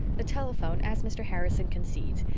the telephone, as mr. harrison concedes,